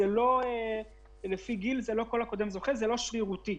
לא כל הקודם זוכה, זה לא שרירותי.